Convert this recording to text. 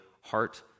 heart